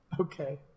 Okay